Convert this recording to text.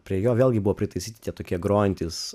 prie jo vėlgi buvo pritaisyti tokie grojantys